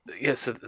yes